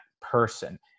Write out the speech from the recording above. person